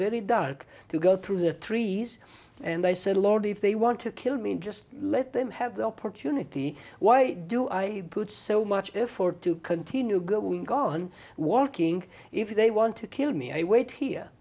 very dark to go through the trees and they said lord if they want to kill me just let them have the opportunity why do i put so much effort to continue good god walking if they want to kill me i wait here